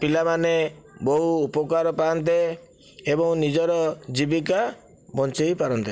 ପିଲାମାନେ ବହୁ ଉପକାର ପାଆନ୍ତେ ଏବଂ ନିଜର ଜୀବିକା ବଞ୍ଚେଇ ପାରନ୍ତେ